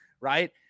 right